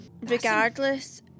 Regardless